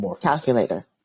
Calculator